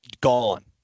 gone